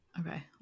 Okay